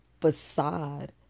facade